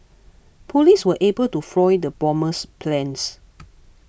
police were able to foil the bomber's plans